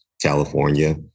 California